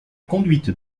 conduite